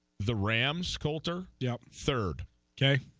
the rams' coulter doubt third day